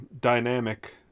dynamic